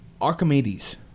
Archimedes